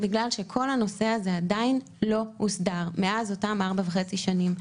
בגלל שכל הנושא הזה עדיין לא הוסדר מאז אותם 4.5 שנים.